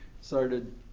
started